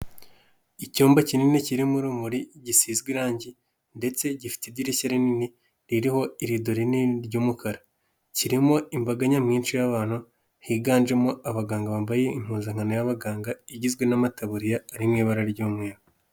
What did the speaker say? Icyumba kinini kirimo urumuri gisizwe irangi ndetse gifite idirishya rinini ririho irido rinini ry'umukara. Kirimo imbaga nyamwinshi y'abantu higanjemo abaganga bambaye impuzankano y'abaganga igizwe n'amataburiya ari mu ibara ry'umweru.